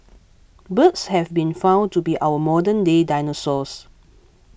birds have been found to be our modernday dinosaurs